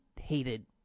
hated